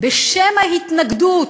בשם ההתנגדות,